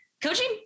coaching